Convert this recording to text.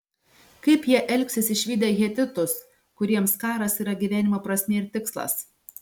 kaip jie elgsis išvydę hetitus kuriems karas yra gyvenimo prasmė ir tikslas